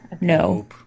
No